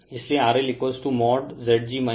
Refer Slide Time 3631 इसलिए RL